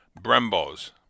Brembo's